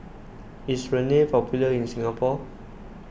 is Rene popular in Singapore